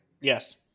Yes